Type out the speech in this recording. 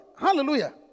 hallelujah